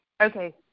Okay